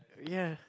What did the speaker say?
ya